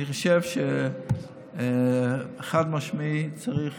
אני חושב שחד-משמעי צריך